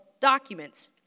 documents